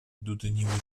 dudniły